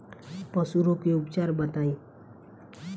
पशु रोग के उपचार बताई?